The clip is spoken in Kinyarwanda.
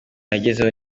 yagezeho